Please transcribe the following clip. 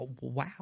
Wow